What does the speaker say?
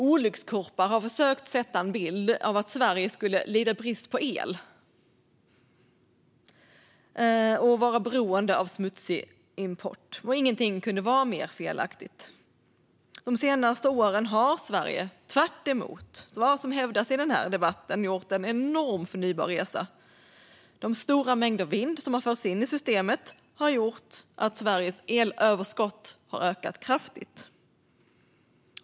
Olyckskorpar har försökt att sätta en bild av att Sverige skulle lida brist på el och vara beroende av smutsig import. Ingenting kunde vara mer felaktigt. De senaste åren har Sverige tvärtemot vad som hävdas i debatten gjort en enorm resa för förnybart. De stora mängder vindkraft som har förts in i systemet har gjort att Sveriges elöverskott har ökat kraftigt.